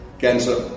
cancer